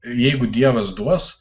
jeigu dievas duos